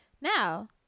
Now